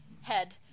head